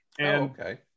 Okay